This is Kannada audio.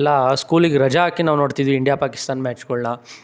ಎಲ್ಲ ಸ್ಕೂಲಿಗೆ ರಜಾ ಹಾಕಿ ನಾವು ನೋಡ್ತಿದ್ವಿ ಇಂಡ್ಯಾ ಪಾಕಿಸ್ತಾನ್ ಮ್ಯಾಚ್ಗಳ್ನ